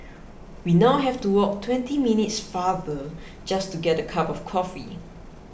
we now have to walk twenty minutes farther just to get a cup of coffee